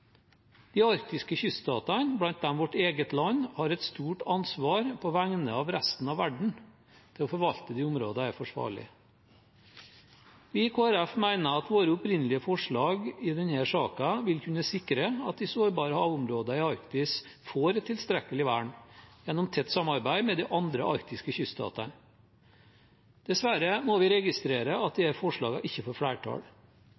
De arktiske kyststatene, blant dem vårt eget land, har et stort ansvar på vegne av resten av verden for å forvalte disse områdene forsvarlig. Vi i Kristelig Folkeparti mener at våre opprinnelige forslag i denne saken vil kunne sikre at de sårbare havområdene i Arktis får et tilstrekkelig vern gjennom tett samarbeid med de andre arktiske kyststatene. Dessverre må vi registrere at